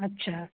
अच्छा